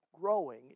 growing